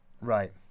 Right